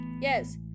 yes